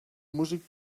músic